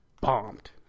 bombed